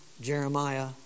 Jeremiah